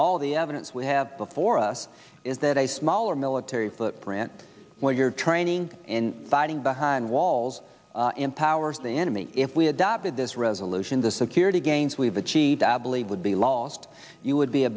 all the evidence we have before us is that a smaller military footprint where you're training fighting behind walls empowers the enemy if we adopted this resolution the security gains we've achieved i believe would be lost you would be a